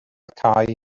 cau